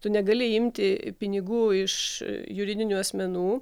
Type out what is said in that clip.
tu negali imti pinigų iš juridinių asmenų